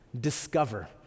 Discover